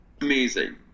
amazing